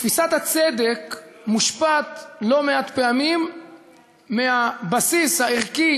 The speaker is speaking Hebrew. תפיסת הצדק מושפעת לא מעט פעמים מהבסיס הערכי